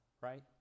right